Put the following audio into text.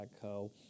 .co